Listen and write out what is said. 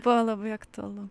buvo labai aktualu